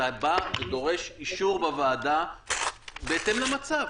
אתה בא ודורש אישור בוועדה בהתאם למצב.